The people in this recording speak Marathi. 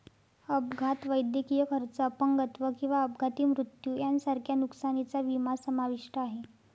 अपघात, वैद्यकीय खर्च, अपंगत्व किंवा अपघाती मृत्यू यांसारख्या नुकसानीचा विमा समाविष्ट आहे